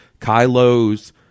Kylo's